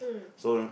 so